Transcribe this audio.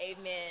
Amen